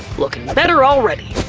lookin' better already.